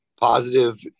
positive